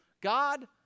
God